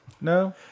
No